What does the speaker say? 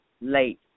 late